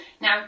Now